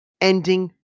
ending